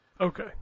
Okay